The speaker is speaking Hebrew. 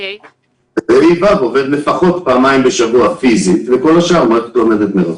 ה'-ו' לפחות פעמים בשבוע פיזית וכל השאר למידה מרחוק.